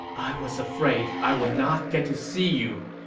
i was afraid i would not get to see you.